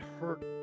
hurt